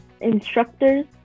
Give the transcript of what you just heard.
instructors